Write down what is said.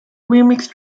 remixed